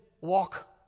Walk